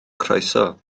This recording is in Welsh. croeso